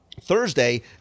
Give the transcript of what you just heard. thursday